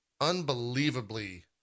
unbelievably